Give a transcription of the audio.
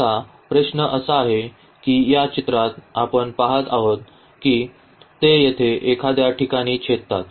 आता प्रश्न असा आहे की या चित्रात आपण पहात आहोत की ते येथे एखाद्या ठिकाणी छेदतात